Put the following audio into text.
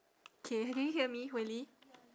K can you hear me hui li